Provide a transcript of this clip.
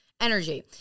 energy